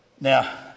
Now